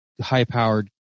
high-powered